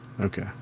Okay